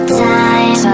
time